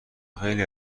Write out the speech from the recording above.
خیلی